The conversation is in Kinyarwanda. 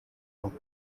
aruko